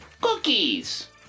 cookies